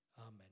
Amen